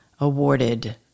awarded